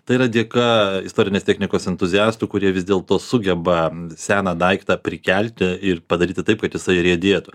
tai yra dėka istorinės technikos entuziastų kurie vis dėlto sugeba seną daiktą prikelti ir padaryti taip kad jisai riedėtų